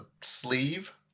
sleeve